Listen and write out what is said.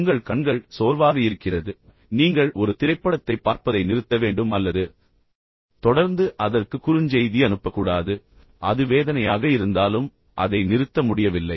உங்கள் கண்கள் சோர்வாக இருப்பதை நீங்கள் அறிவீர்கள் நீங்கள் ஒரு திரைப்படத்தைப் பார்ப்பதை நிறுத்த வேண்டும் அல்லது தொடர்ந்து அதற்கு குறுஞ்செய்தி அனுப்ப கூடாது ஆனால் நீங்கள் தொடர்ந்து செய்கிறீர்கள் ஏனென்றால் அது வேதனையாக இருந்தாலும் அதை நிறுத்த முடியவில்லை